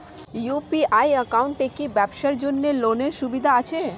UPI একাউন্টে কি ব্যবসার জন্য লোনের সুবিধা আছে?